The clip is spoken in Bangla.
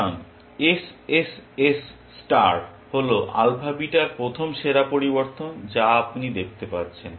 সুতরাং SSS ষ্টার হল আলফা বিটা এর প্রথম সেরা পরিবর্তন যা আপনি দেখতে পাচ্ছেন